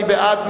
מי בעד?